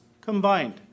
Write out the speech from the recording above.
combined